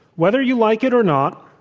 whether you like it or not,